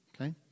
Okay